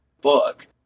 book